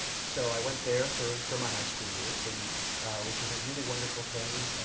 so i went there for for my high school years, and which was a really wonderful thing,